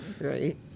Right